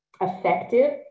effective